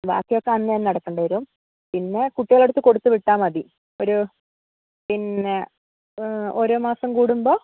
ബാക്കി ഒക്കെ അന്ന് തന്നെ അടയ്ക്കേണ്ടി വരും പിന്നെ കുട്ടികളുടെ അടുത്ത് കൊടുത്തുവിട്ടാൽ മതി ഒരു പിന്നെ ഓരോ മാസം കൂടുമ്പോൾ